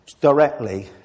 directly